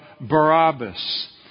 Barabbas